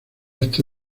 este